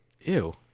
Ew